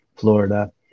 Florida